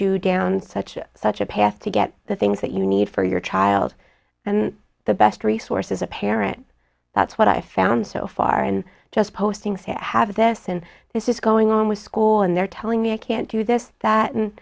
you down such such a path to get the things that you need for your child and the best resources a parent that's what i found so far in just posting so i have this and this is going on with school and they're telling me i can't do this that and